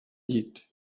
llit